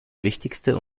wichtigste